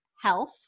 health